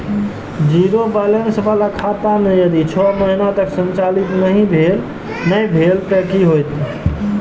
Zero balance बाला खाता में यदि छः महीना तक संचालित नहीं भेल ते कि होयत?